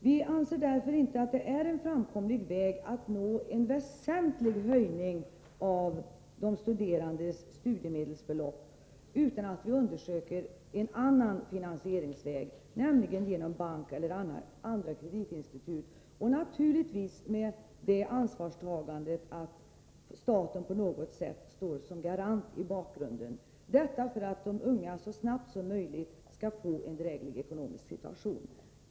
Vi anser därför inte att det är möjligt att åstadkomma en väsentlig höjning av de studerandes studiemedelsbelopp utan att vi undersöker en annan finansieringsväg, nämligen genom bank och genom andra kreditinstitut och naturligtvis med det ansvarstagandet att staten på något sätt står som garant i bakgrunden — detta för att de unga så snabbt som möjligt skall få en dräglig ekonomisk situation.